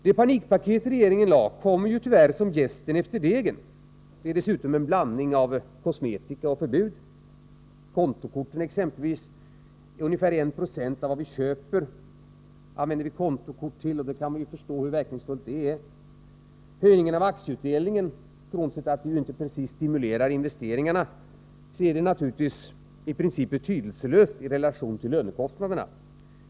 Det panikpaket regeringen lagt kommer tyvärr som jästen efter degen. Det är dessutom en blandning av kosmetika och förbud. Ta kontokorten exempelvis. Till ungefär 1 96 av vad vi köper använder vi kontokort. Då kan man förstå hur verkningsfullt det är. Höjningen av aktieutdelningen, frånsett att den ju inte precis stimulerar investeringarna, är naturligtvis i princip betydelselös i relation till lönekostnaderna.